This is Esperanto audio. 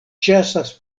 ĉasas